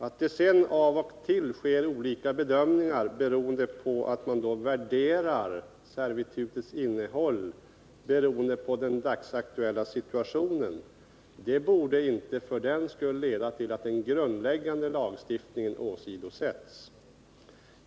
Att det sedan av och till sker olika bedömningar, beroende på att man värderar servitutets innehåll med utgångspunkt i den dagsaktuella situationen, borde inte leda till att den grundläggande lagstiftningen åsidosätts.